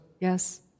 Yes